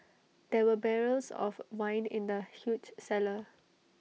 there were barrels of wine in the huge cellar